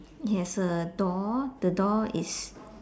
it has a door the door is